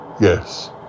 Yes